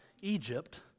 Egypt